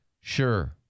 Sure